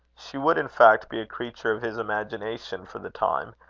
she would, in fact, be a creature of his imagination for the time,